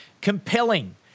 compelling